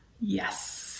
yes